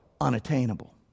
unattainable